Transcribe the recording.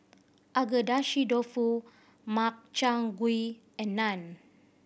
Agedashi Dofu Makchang Gui and Naan